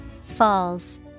Falls